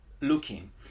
looking